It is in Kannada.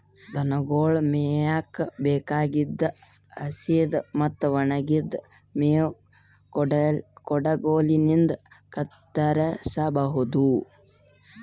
ದನಗೊಳ್ ಮೇಯಕ್ಕ್ ಬೇಕಾಗಿದ್ದ್ ಹಸಿದ್ ಮತ್ತ್ ಒಣಗಿದ್ದ್ ಮೇವ್ ಕುಡಗೊಲಿನ್ಡ್ ಕತ್ತರಸಬಹುದು